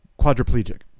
quadriplegic